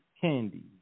candy